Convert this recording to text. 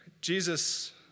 Jesus